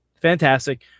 Fantastic